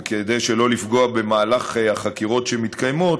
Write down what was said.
וכדי שלא לפגוע במהלך החקירות שמתקיימות,